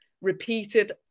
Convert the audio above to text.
repeated